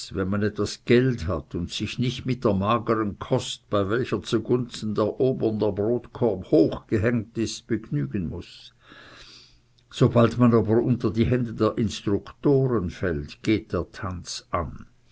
wenn man etwas geld hat und sich nicht mit der magern kost bei welcher zu gunsten der obern der brotkorb hoch gehängt ist begnügen muß sobald man aber unter die hände der instruktoren fällt geht der tanz an